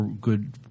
good